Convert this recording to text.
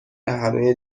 همه